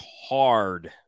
hard